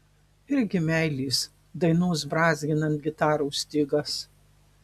irgi meilės dainos brązginant gitaros stygas